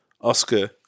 Oscar